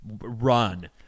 run